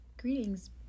Greetings